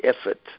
effort